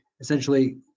essentially